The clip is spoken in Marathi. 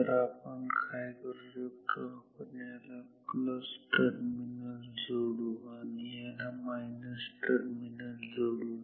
तर आपण काय करू शकतो आपण याला प्लसटर्मिनलला जोडू आणि याला मायनस टर्मिनलला जोडू